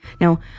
Now